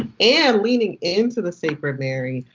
and and leaning in to the sacred, mary,